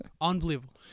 Unbelievable